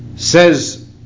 Says